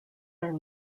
are